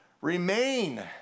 remain